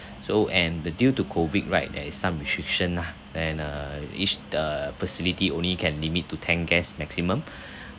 so and the due to COVID right there is some restriction lah and err each the facility only can limit to ten guests maximum